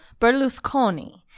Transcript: Berlusconi